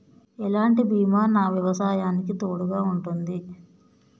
ఎలాంటి బీమా నా వ్యవసాయానికి తోడుగా ఉంటుంది?